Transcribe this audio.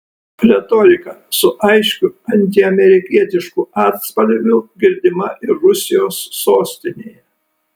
retorika su aiškiu antiamerikietišku atspalviu girdima ir rusijos sostinėje